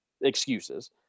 excuses